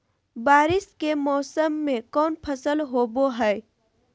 बारिस के मौसम में कौन फसल होबो हाय?